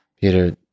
Peter